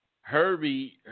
Herbie